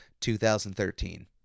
2013